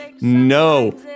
no